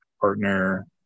partner